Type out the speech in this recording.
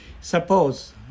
suppose